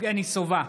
יבגני סובה,